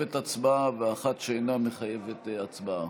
שמחייבת הצבעה ואחת שאינה מחייבת הצבעה.